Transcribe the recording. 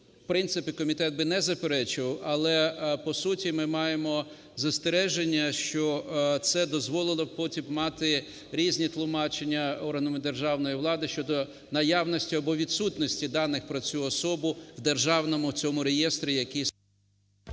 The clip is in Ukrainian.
в принцип,і комітет би не заперечував, але по суті ми маємо застереження, що це дозволило б потім мати різні тлумачення органами державної влади щодо наявності або відсутності даних про цю особу в державному цьому реєстрі…